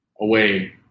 away